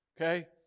okay